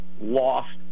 lost